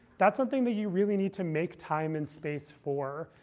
that's something that you really need to make time and space for,